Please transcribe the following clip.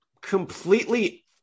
completely